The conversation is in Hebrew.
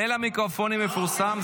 ליל המיקרופונים המפורסם,